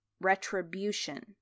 retribution